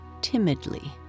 timidly